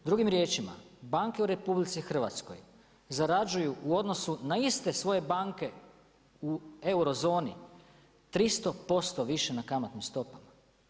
Drugim riječima, banke u RH zarađuju u odnosu na iste svoje banke u euro zoni 300% više na kamatnim stopama.